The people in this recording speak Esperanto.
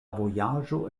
vojaĝo